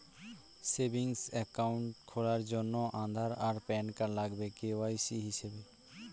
savings account খোলার জন্যে আধার আর প্যান কার্ড লাগবে কে.ওয়াই.সি হিসেবে